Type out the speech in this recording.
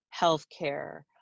healthcare